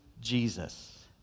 Jesus